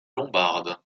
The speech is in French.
lombarde